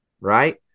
Right